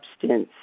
substance